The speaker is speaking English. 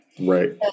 Right